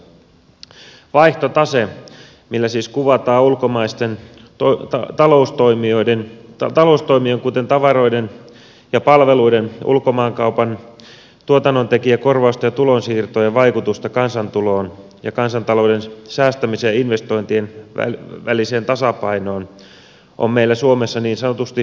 vaihtotase millä siis kuvataan ulkomaisten taloustoimien kuten tavaroiden ja palveluiden ulkomaankaupan tuotannontekijäkorvausten ja tulonsiirtojen vaikutusta kansantuloon ja kansantalouden säästämisen ja investointien väliseen tasapainoon on meillä suomessa niin sanotusti pakkasen puolella